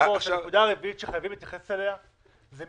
אבל אדוני היושב ראש,